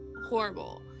Horrible